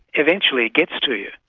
eventually it gets to you.